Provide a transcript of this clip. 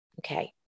Okay